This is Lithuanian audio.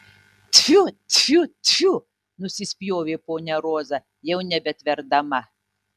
tfiu tfiu tfiu nusispjovė ponia roza jau nebetverdama